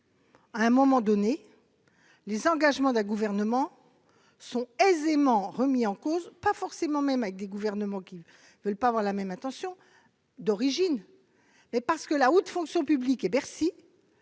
à un moment donné les engagements d'un gouvernement sont aisément remis en cause, pas forcément, même avec des gouvernements qui ne veulent pas avoir la même attention d'origine mais parce que la haute fonction publique et Bercy